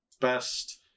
best